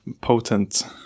potent